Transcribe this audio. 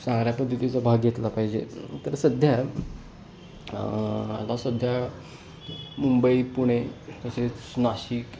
चांगल्या पद्धतीचा भाग घेतला पाहिजे तर सध्या आता सध्या मुंबई पुणे तसेच नाशिक